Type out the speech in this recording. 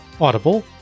Audible